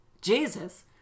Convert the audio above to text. Jesus